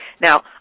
Now